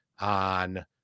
on